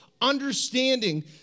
understanding